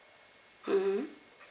mmhmm